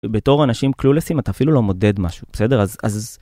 ובתור אנשים קלולסים, אתה אפילו לא מודד משהו, בסדר? אז אז...